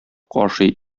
ашый